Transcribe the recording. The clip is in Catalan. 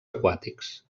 aquàtics